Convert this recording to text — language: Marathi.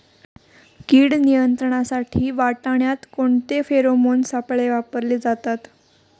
कीड नियंत्रणासाठी वाटाण्यात कोणते फेरोमोन सापळे वापरले जातात?